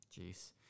Jeez